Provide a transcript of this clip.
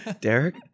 Derek